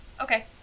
Okay